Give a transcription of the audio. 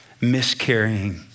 miscarrying